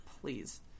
please